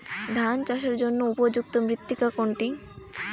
ধান চাষের জন্য উপযুক্ত মৃত্তিকা কোনটি?